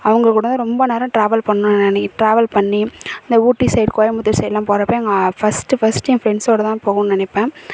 அவங்க கூட தான் ரொம்ப நேரம் ட்ராவல் பண்ணேன் அன்றைக்கி ட்ராவல் பண்ணி அந்த ஊட்டி சைட் கோயம்புத்தூர் சைட்லாம் போகிறப்ப எங்கள் ஃபஸ்ட்டு ஃபஸ்ட்டு என் ஃப்ரெண்ட்ஸோடு தான் நான் போகணும்னு நினைப்பேன்